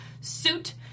suit